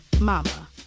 mama